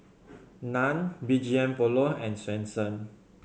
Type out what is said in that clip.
Nan B G M Polo and Swensens